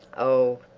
oh,